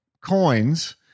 coins